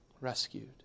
rescued